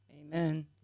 Amen